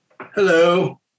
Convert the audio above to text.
Hello